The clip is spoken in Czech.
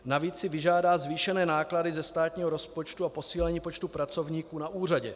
Navíc si vyžádá zvýšené náklady ze státního rozpočtu a posílení počtu pracovníků na úřadě.